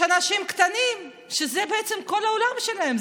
יש אנשים קטנים שזה בעצם כל העולם שלהם,